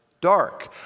dark